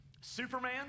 Superman